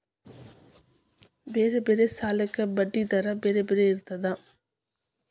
ಬೇರೆ ಬೇರೆ ಸಾಲಕ್ಕ ಬಡ್ಡಿ ದರಾ ಬೇರೆ ಬೇರೆ ಇರ್ತದಾ?